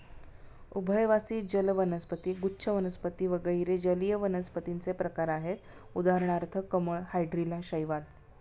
उभयवासी जल वनस्पती, गुच्छ वनस्पती वगैरे जलीय वनस्पतींचे प्रकार आहेत उदाहरणार्थ कमळ, हायड्रीला, शैवाल